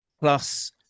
plus